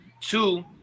Two